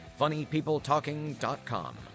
funnypeopletalking.com